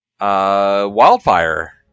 wildfire